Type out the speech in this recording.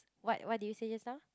what what did you say just now